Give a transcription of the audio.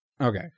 Okay